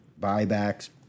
buybacks